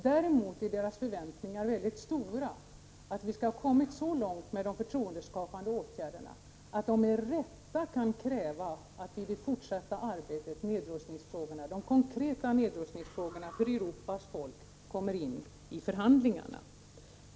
Däremot är deras förväntningar väldigt stora på att vi skall ha kommit så långt med de förtroendeskapande åtgärderna att de med rätta kan kräva att de konkreta nedrustningsfrågorna för Europas folk vid det fortsatta arbetet kommer in i förhandlingarna.